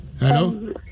Hello